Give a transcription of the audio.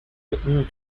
whitman